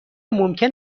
ممکن